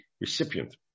recipient